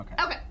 Okay